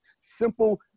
Simple